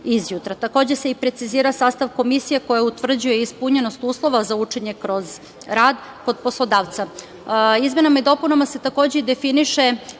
se i precizira sastav komisije koja utvrđuje ispunjenost uslova za učenje kroz rad kod poslodavca. Izmenama